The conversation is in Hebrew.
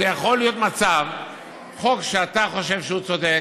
שיכול להיות מצב שחוק שאתה חושב שהוא צודק,